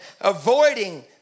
avoiding